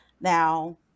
Now